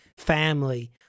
Family